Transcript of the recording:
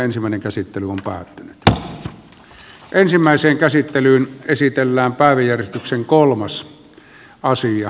käsittelyn pohjana on päättynyt jo ensimmäiseen käsittelyyn esitellään pari edistyksen kolmas asia